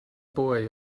boy